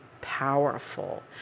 powerful